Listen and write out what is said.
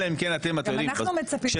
אלא אם כן אתם --- גם אנחנו מצפים,